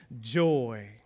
joy